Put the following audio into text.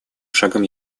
шагом